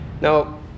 Now